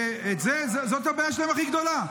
וזאת הבעיה הכי גדולה שלהם.